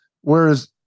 Whereas